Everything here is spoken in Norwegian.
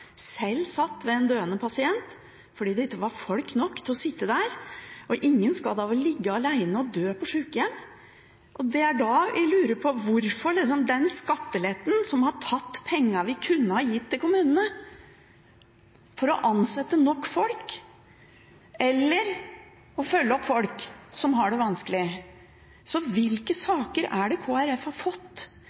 selv satt ved en døende pasient fordi det ikke var folk nok til å sitte der. Ingen skal da vel ligge alene og dø på et sykehjem. Det er da jeg lurer på den skatteletten som har tatt de pengene vi kunne ha gitt til kommunene for å ansette nok folk, eller følge opp folk som har det vanskelig. Hvilke saker er det Kristelig Folkeparti har fått